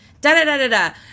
Da-da-da-da-da